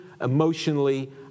emotionally